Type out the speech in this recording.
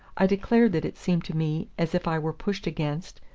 i declare that it seemed to me as if i were pushed against,